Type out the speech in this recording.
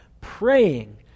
praying